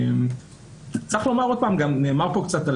נאמר פה קצת על